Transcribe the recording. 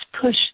push